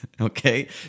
okay